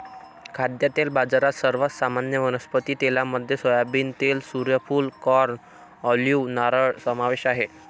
खाद्यतेल बाजारात, सर्वात सामान्य वनस्पती तेलांमध्ये सोयाबीन तेल, सूर्यफूल, कॉर्न, ऑलिव्ह, नारळ समावेश आहे